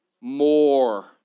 More